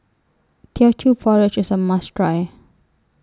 Teochew Porridge IS A must Try